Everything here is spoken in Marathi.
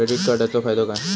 क्रेडिट कार्डाचो फायदो काय?